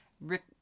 Rick